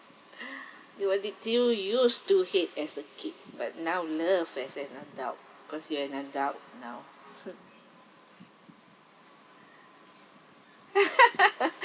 you what did you used to hate as a kid but now love as an adult because you an adult now hmm